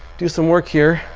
do some work here.